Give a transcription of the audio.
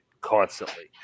constantly